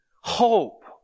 hope